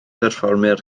perfformiad